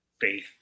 faith